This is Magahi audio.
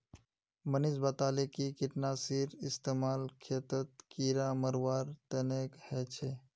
मनीष बताले कि कीटनाशीर इस्तेमाल खेतत कीड़ा मारवार तने ह छे